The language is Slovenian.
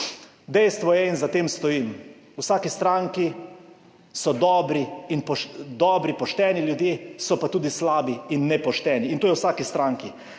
Dejstvo je, in za tem stojim, v vsaki stranki so dobri in pošteni ljudje, so pa tudi slabi in nepošteni in to je v vsaki stranki.